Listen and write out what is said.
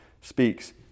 speaks